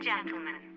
Gentlemen